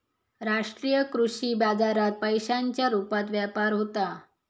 राष्ट्रीय कृषी बाजारात पैशांच्या रुपात व्यापार होता